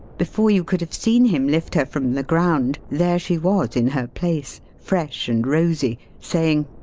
before you could have seen him lift her from the ground, there she was in her place, fresh and rosy, saying,